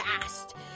fast